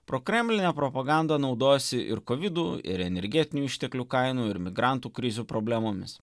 prokremlinė propaganda naudojosi ir kovidu ir energetinių išteklių kainų ir migrantų krizių problemomis